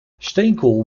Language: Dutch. steenkool